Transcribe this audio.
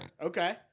Okay